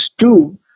two